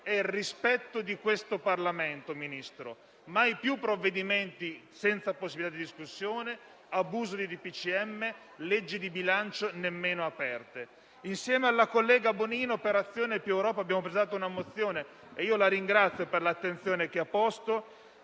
è il rispetto del Parlamento: mai più provvedimenti senza possibilità di discussione, abuso di DPCM, leggi di bilancio nemmeno aperte. Insieme alla collega Bonino, Operazione più Europa, abbiamo presentato una risoluzione, e io la ringrazio per l'attenzione che vi ha posto,